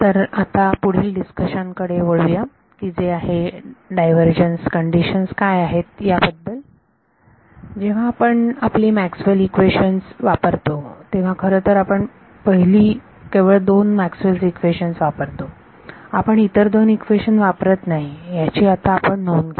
तर आता पुढील डिस्कशन कडे वळूया की जे आहे डायव्हर्जन्स कंडिशन्स काय आहेत याबद्दल जेव्हा आपण आपली मॅक्सवेल इक्वेशन्स Maxwell's eqautions वापरतो तेव्हा खरंतर आपण पण केवळ पहिली दोन मॅक्सवेल इक्वेशन्सMaxwell's equations वापरतो आपण इतर दोन इक्वेशन वापरत नाही याची आता आपण नोंद घ्या